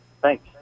Thanks